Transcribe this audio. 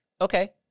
okay